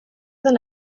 than